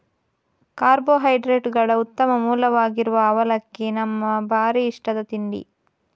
ಕಾರ್ಬೋಹೈಡ್ರೇಟುಗಳ ಉತ್ತಮ ಮೂಲವಾಗಿರುವ ಅವಲಕ್ಕಿ ನಮ್ಮ ಭಾರೀ ಇಷ್ಟದ ತಿಂಡಿ